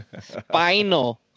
spinal